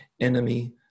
enemy